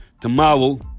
tomorrow